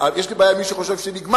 יש לי בעיה עם מי שחושב שנגמר,